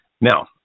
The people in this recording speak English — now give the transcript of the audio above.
Now